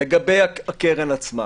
לגבי הקרן עצמה